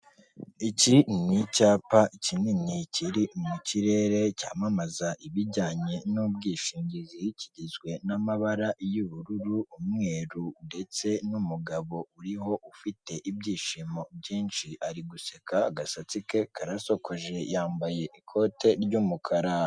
Iki ni icyapa kinini kiri mu kirere, cyamamaza ibijyanye n'ubwishingizi, kigizwe n'amabara y'ubururu, umweru ndetse n'umugabo uriho ufite ibyishimo byinshi, ari guseka, agasatsi ke karasokoje, yambaye ikote ry'umukara.